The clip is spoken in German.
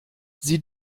sie